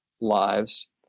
lives